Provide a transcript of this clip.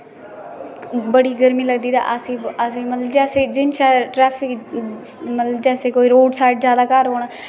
बडी गर्मी लगदी ते आसेगी मतलब जेसे दिन च ट्रैफिक मतलब जेसे कोई रौड साइड ज्यादा घार होन